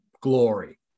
glory